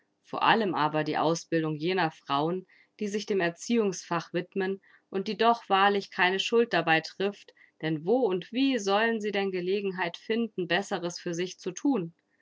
vor allem aber die ausbildung jener frauen die sich dem erziehungsfach widmen und die doch wahrlich keine schuld dabei trifft denn wo und wie sollen sie denn gelegenheit finden besseres für sich zu thun